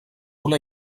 una